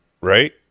right